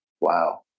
Wow